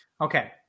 Okay